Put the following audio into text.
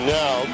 now